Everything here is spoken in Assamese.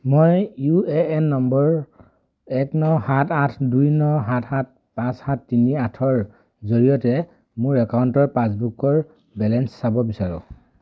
মই ইউ এ এন নম্বৰ এক ন সাত আঠ দুই ন সাত সাত পাঁচ সাত তিনি আঠৰ জৰিয়তে মোৰ একাউণ্টৰ পাছবুকৰ বেলেঞ্চ চাব বিচাৰো